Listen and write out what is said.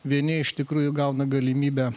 vieni iš tikrųjų gauna galimybę